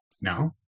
No